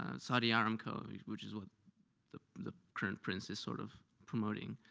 ah saudi ah aramco, which is what the the current prince is sort of promoting,